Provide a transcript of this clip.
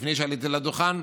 לפני שעליתי לדוכן,